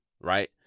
right